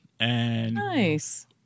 Nice